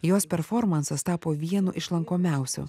jos performansas tapo vienu iš lankomiausių